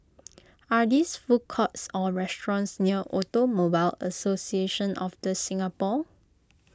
are these food courts or restaurants near Automobile Association of the Singapore